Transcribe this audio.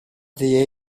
the